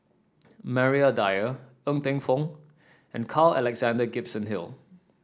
Maria Dyer Ng Teng Fong and Carl Alexander Gibson Hill